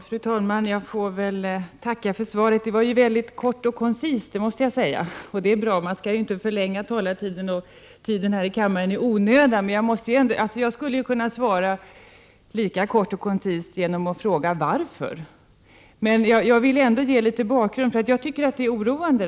Fru talman! Jag får väl tacka för svaret. Det är kort och koncist, det måste jag säga. Det är bra att inte förlänga tiden här i kammaren i onödan. Jag skulle kunna svara lika kort och koncist genom att fråga: Varför? Men jag vill ändå ge litet bakgrund. Jag tycker vissa saker är oroande.